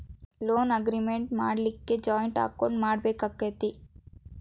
Loan agreement ಮಾಡ್ಲಿಕ್ಕೆ joint account ಮಾಡ್ಬೆಕಾಕ್ಕತೇ?